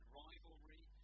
rivalry